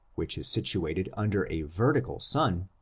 which is situated under a vertical sun,